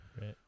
right